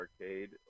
arcade